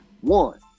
One